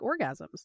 orgasms